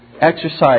Exercise